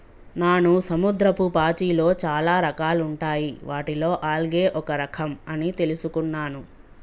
నాను సముద్రపు పాచిలో చాలా రకాలుంటాయి వాటిలో ఆల్గే ఒక రఖం అని తెలుసుకున్నాను